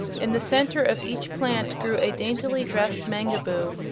in the center of each plant grew a daintily dressed mangaboo,